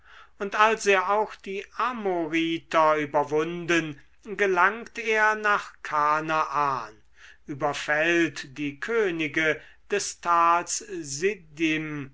und als er auch die amoriter überwunden gelangt er nach kanaan überfällt die könige des tals siddim